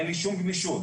אין לי שום גמישות,